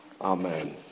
Amen